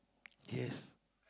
yes